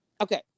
Okay